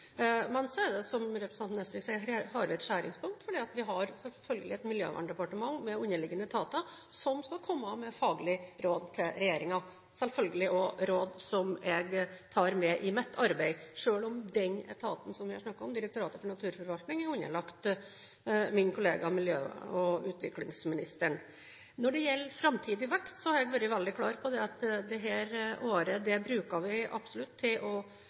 så har vi, som representanten Nesvik sier, et skjæringspunkt, for vi har et miljøverndepartement med underliggende etater som skal komme med faglige råd til regjeringen, råd som jeg selvfølgelig tar med i mitt arbeid, selv om den etaten som vi her snakker om, Direktoratet for naturforvaltning, er underlagt min kollega miljø- og utviklingsministeren. Når det gjelder framtidig vekst, har jeg vært veldig klar på at dette året bruker vi absolutt til å